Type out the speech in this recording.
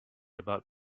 about